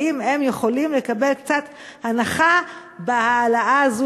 האם הם יכולים לקבל קצת הנחה בהעלאה הזאת